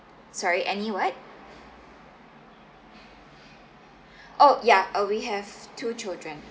sorry any what oh ya uh we have two children